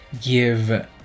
give